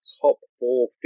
top-four